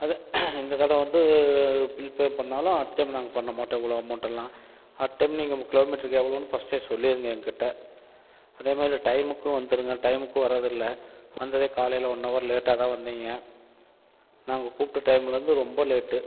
அது இந்த தடவை வந்து பில் பே பண்ணிணாலும் அடுத்தது நாங்கள் பண்ண மாட்டோம் இவ்வளோ அமௌண்ட்டெல்லாம் அடுத்த டைம் நீங்கள் கிலோமீட்டருக்கு எவ்வளோன்னு ஃபஸ்ட்டே சொல்லிடுங்க என் கிட்டே அதே மாதிரி டைமுக்கு வந்துடுங்க டைமுக்கு வர்றதில்லை வந்ததே காலையில் ஒன் ஹவர் லேட்டாகதான் வந்தீங்க நாங்கள் கூப்பிட்ட டைமிலேருந்து ரொம்ப லேட்டு